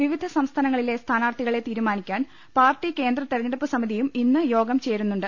വിവിധ സംസ്ഥാനങ്ങളിലെ സ്ഥാനാർത്ഥി കളെ തീരുമാനിക്കാൻ പാർട്ടി കേന്ദ്ര തെരഞ്ഞെടുപ്പ് സമി തിയും ഇന്ന് യോഗം ചേരുന്നുണ്ട്